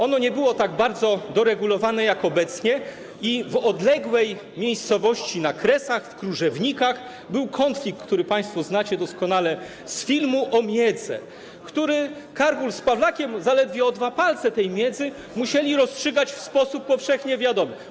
Ono nie było tak bardzo doregulowane jak obecnie i w odległej miejscowości na Kresach, Krużewnikach, był konflikt, który państwo znacie doskonale z filmu, o miedzę, który Kargul z Pawlakiem zaledwie o dwa palce tej miedzy musieli rozstrzygać w sposób powszechnie wiadomy.